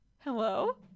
Hello